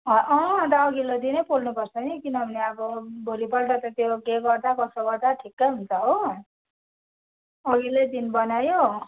अँ अँअन्त अघिल्लो दिनै पोल्नुपर्छ नि किनभने अब भोलिपल्ट त त्यो के गर्दा कसो गर्दा ठिक्कै हुन्छ हो अघिल्लै दिन बनायो